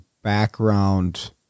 background